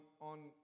on